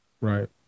Right